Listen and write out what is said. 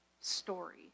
story